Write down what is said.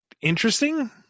interesting